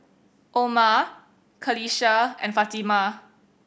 Omar Qalisha and Fatimah